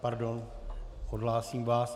Pardon, odhlásím vás.